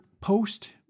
post